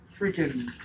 freaking